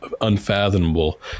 unfathomable